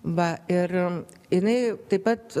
va ir jinai taip pat